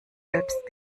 selbst